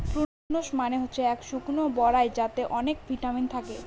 prunes মানে হচ্ছে শুকনো বরাই যাতে অনেক ভিটামিন থাকে